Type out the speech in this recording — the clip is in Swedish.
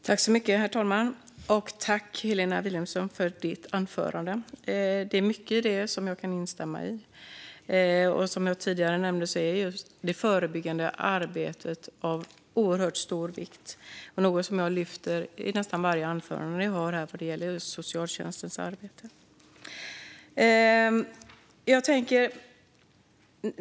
Herr talman! Tack, Helena Vilhelmsson, för ditt anförande! Det var mycket i det som jag kan instämma i. Som jag tidigare nämnde är just det förebyggande arbetet av oerhört stor vikt, och det är något som jag lyfter i nästan varje anförande jag har här när det gäller socialtjänstens arbete.